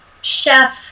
chef